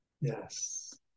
yes